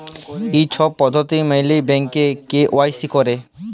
ই ছব পদ্ধতি ম্যাইলে ব্যাংকে কে.ওয়াই.সি ক্যরে